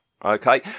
Okay